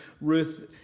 Ruth